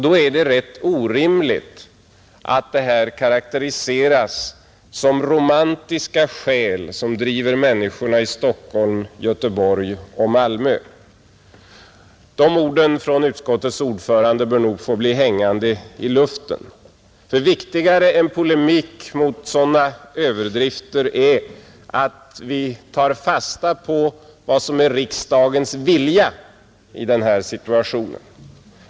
Då är det ganska orimligt att detta karaktäriseras som romantiska skäl som driver människorna i Stockholm, Göteborg och Malmö. De orden från utskottets ordförande bör nog få bli hängande i luften, ty viktigare än polemik mot sådana överdrifter är att vi tar fasta på vad som är riksdagens vilja i den här situationen.